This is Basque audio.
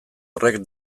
horrek